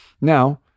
now